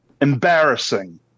Embarrassing